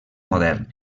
modern